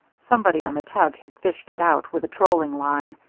somebody on the tug had fished it out with a trolling line.